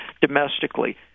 domestically